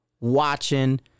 watching